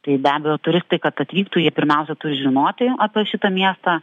tai be abejo turistai kad atvyktų jie pirmiausia turi žinoti apie šitą miestą